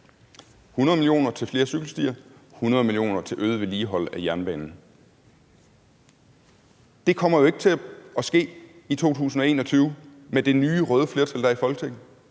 100 mio. kr. til flere cykelstier, 100 mio. kr. til øget vedligehold af jernbanen. Det kommer jo ikke til at ske i 2021 med det nye røde flertal, der er i Folketinget.